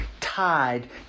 tied